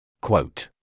Quote